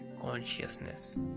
consciousness